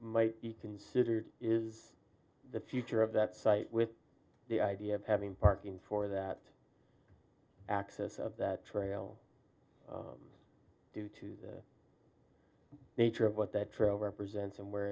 might be considered is the future of that site with the idea of having parking for that access that trail due to the nature of what that trail represents and where